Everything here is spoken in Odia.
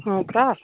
ହଁ ପରା